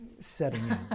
Setting